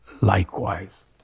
likewise